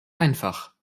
einfach